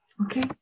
Okay